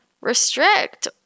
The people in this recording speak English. restrict